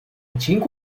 情况